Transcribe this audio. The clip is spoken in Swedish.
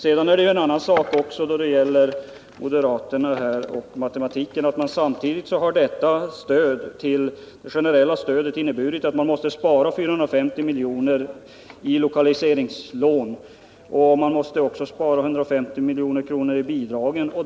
Sedan finns det en annan sak när det gäller moderaterna och matematiken. Det generella stödet har inneburit att man måste spara 450 milj.kr. i lokaliseringslån, och man måste också spara 150 milj.kr. i bidrag.